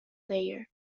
player